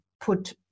put